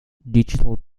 digital